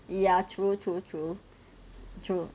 ya true true true true